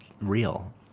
real